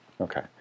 Okay